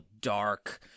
dark